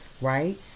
right